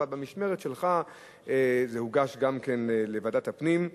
אבל במשמרת שלך זה הוגש גם כן לוועדת הפנים.